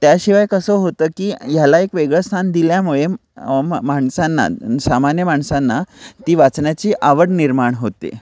त्याशिवाय कसं होतं की ह्याला एक वेगळं स्थान दिल्यामुळे मा माणसांना सामान्य माणसांना ती वाचण्याची आवड निर्माण होते